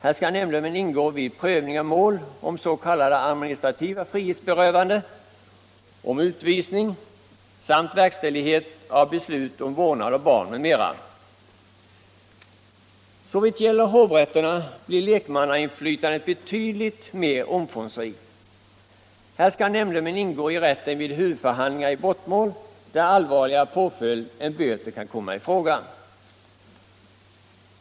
Här skall nämndemän ingå vid prövning av mål om s.k. administrativa frihetsberövanden, om utvisning samt verkställighet av beslut om vårdnad av barn m.m. Såvitt gäller hovrätterna blir lekmannainflytandet betydligt mer omfångsrikt. Här skall nämndemän ingå i rätten vid huvudförhandling i brottmål där allvarligare påföljd än böter kan komma i fråga.